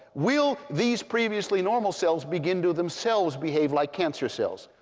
will these previously normal cells begin to themselves behave like cancer cells?